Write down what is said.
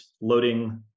loading